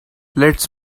lets